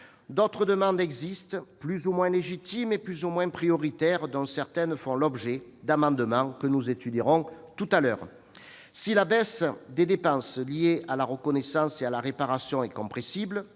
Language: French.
D'autres demandes existent, plus ou moins légitimes et plus ou moins prioritaires ; certaines font l'objet d'amendements que nous étudierons tout à l'heure. Si la baisse des dépenses liées à la reconnaissance et à la réparation est compréhensible,